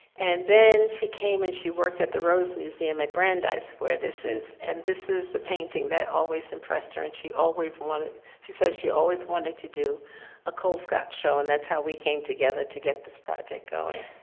and then she came and she worked at the rose museum at brandeis square. this is and this is the painting that always impressed her and she always wanted, she said, she always wanted to do a colescott show and that's how we came together to get this project going.